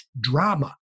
drama